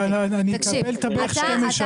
אני אקבל את הברך שלי.